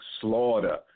slaughter